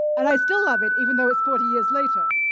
and i still love it, even though it's forty years later.